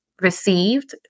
received